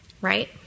right